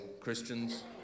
Christians